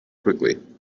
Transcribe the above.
quickly